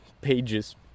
pages